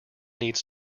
needs